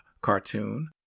cartoon